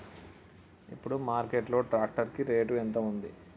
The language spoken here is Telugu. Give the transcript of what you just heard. ఇప్పుడు మార్కెట్ లో ట్రాక్టర్ కి రేటు ఎంత ఉంది?